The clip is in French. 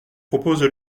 propose